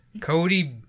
Cody